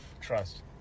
trust